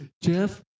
Jeff